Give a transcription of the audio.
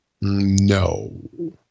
No